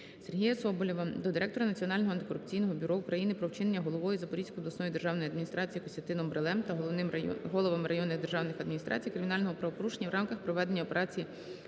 Сергія Соболєва до директора Національного антикорупційного бюро України про вчинення головою Запорізької обласної державної адміністрації Костянтином Брилем та головами районних державних адміністрацій кримінального правопорушення в рамках проведення операції